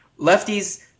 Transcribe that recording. Lefties